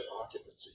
occupancy